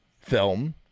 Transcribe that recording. film